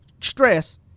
stress